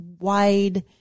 wide